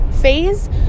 phase